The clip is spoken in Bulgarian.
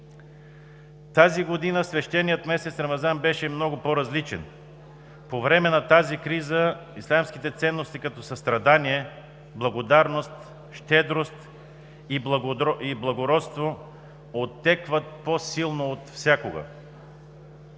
Тази година свещеният месец Рамазан беше много по-различен. По време на тази криза ислямските ценности, като състрадание, благодарност, щедрост и благородство отекват по-силно от всякога.